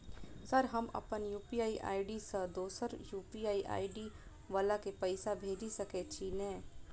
Sir हम अप्पन UPI ID सँ दोसर यु.पी.आई आई.डी वला केँ पैसा भेजि सकै छी नै?